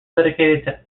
dedicated